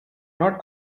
not